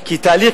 כי תהליך